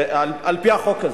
על-פי החוק הזה.